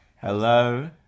Hello